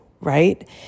right